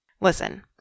Listen